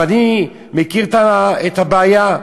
ואני מכיר את הבעיה.